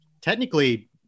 technically